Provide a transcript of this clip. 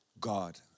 God